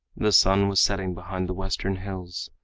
the sun was setting behind the western hills.